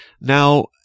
Now